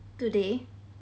today